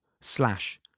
slash